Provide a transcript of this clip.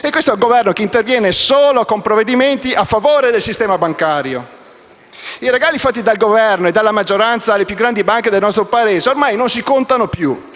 E questo è un Governo che interviene solo con provvedimenti a favore del sistema bancario. I regali fatti dal Governo e dalla maggioranza alle più grandi banche del nostro Paese ormai non si contano più